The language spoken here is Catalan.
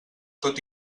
tot